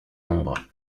l’ombre